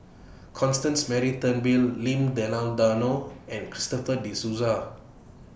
Constance Mary Turnbull Lim Denan Denon and Christopher De Souza